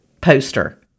poster